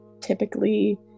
typically